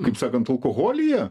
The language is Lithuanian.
kaip sakant alkoholyje